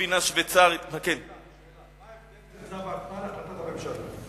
מה ההבדל בין צו ההקפאה להחלטת הממשלה?